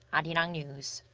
i mean news.